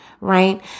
right